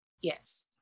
Yes